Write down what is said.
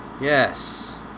Yes